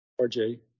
RJ